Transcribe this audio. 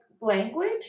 language